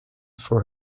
for